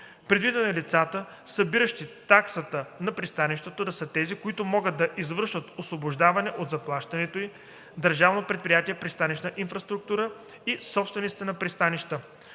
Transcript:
Предвидено е лицата, събиращи таксата на пристанището, да са тези, които могат да извършат освобождаване от заплащането ѝ – Държавно предприятие „Пристанищна